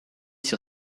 sur